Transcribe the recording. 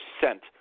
percent